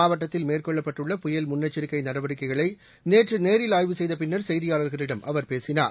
மாவட்டத்தில் மேற்கொள்ளப்பட்டுள்ள புயல் முன்னெச்சரிக்கை நடவடிக்கைகளை நேற்று நேரில் ஆய்வு செய்த பின்னர் செய்தியாளர்களிடம் அவர் பேசினார்